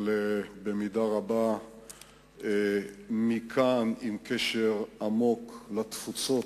אבל במידה רבה עם קשר עמוק לתפוצות,